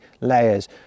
layers